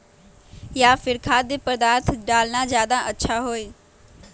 या फिर खाद्य पदार्थ डालना ज्यादा अच्छा होई?